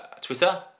Twitter